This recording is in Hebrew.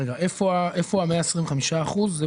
איפה ה-125%?